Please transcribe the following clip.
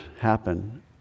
happen